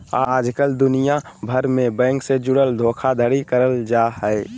आजकल दुनिया भर मे बैंक से जुड़ल धोखाधड़ी करल जा हय